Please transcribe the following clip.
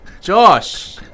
Josh